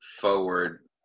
forward